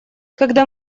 когда